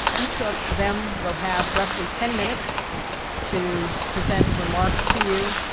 each of them will have roughly ten minutes to present remarks to you,